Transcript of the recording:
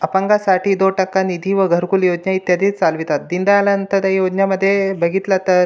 अपंगांसाठी दोन टक्के निधी व घरकुल योजना इत्यादी चालवितात दीनदयाल अंतदयी योजनेमध्ये बघितलं तर